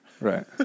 Right